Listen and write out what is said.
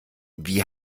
wie